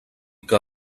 que